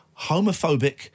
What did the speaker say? homophobic